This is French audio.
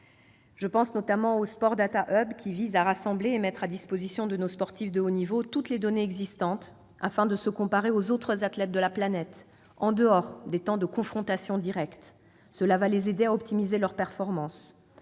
je pense notamment au « sport data hub », qui vise à rassembler et à mettre à disposition de nos sportifs de haut niveau toutes les données existantes afin de se comparer aux autres athlètes de la planète en dehors des temps de confrontation directe. Cela va les aider à optimiser leurs performances.